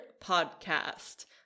Podcast